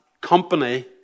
company